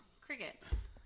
Crickets